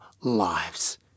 lives